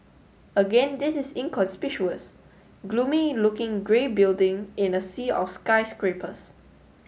again this is inconspicuous gloomy looking grey building in a sea of skyscrapers